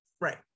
right